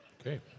Okay